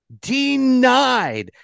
denied